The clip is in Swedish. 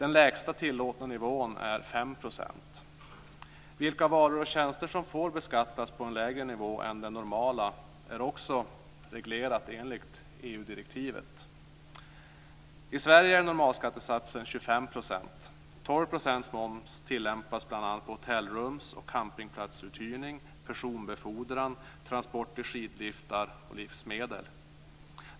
Den lägsta tillåtna nivån är 5 %. Vilka varor och tjänster som får beskattas på en lägre nivå än den normala är också reglerat enligt EU-direktivet. I Sverige är normalskattesatsen 25 %. 12 % moms tillämpas bl.a. på hotellrums och campingplatsuthyrning, personbefordran, transporter, skidliftar och livsmedel.